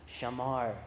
shamar